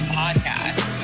podcast